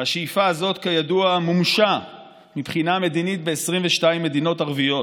והשאיפה הזאת כידוע מומשה מבחינה מדינית ב-22 מדינות ערביות.